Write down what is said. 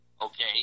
okay